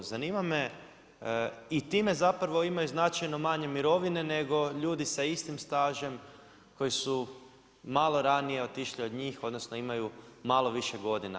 Zanima me i time zapravo imaju značajno manje mirovine nego ljudi sa istim stažem koji su malo ranije otišli od njih, odnosno imaju malo više godina.